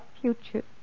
future